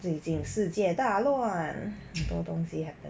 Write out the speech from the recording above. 最近世界大乱很多东西 happen